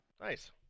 Nice